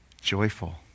joyful